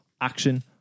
action